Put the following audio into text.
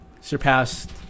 surpassed